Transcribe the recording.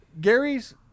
Gary's